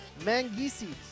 Mangisi